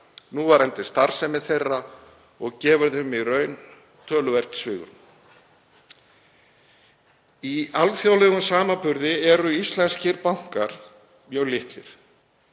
núverandi starfsemi þeirra og gefur þeim töluvert svigrúm. Í alþjóðlegum samanburði eru íslenskir bankar mjög litlir